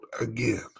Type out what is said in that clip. again